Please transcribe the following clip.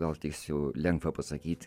gal tiesiau lengva pasakyti